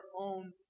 own